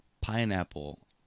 pineapple